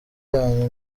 yanyu